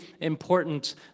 important